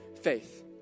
faith